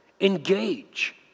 Engage